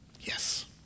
yes